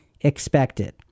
expected